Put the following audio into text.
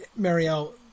Marielle